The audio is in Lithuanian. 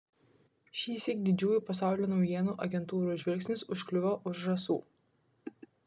šįsyk didžiųjų pasaulio naujienų agentūrų žvilgsnis užkliuvo už žąsų